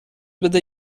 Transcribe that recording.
بده